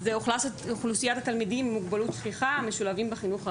שהוא שילוב אוכלוסיית תלמידים עם מוגבלות שכיחה בחינוך הרגיל.